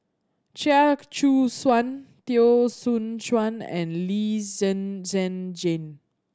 Chia Choo Suan Teo Soon Chuan and Lee Zhen Zhen Jane